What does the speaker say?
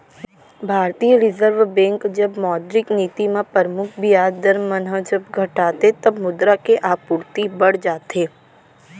भारतीय reserve bank जब मौद्रिक नीति म परमुख बियाज दर मन ह जब घटाथे तब मुद्रा के आपूरति बड़ जाथे